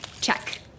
check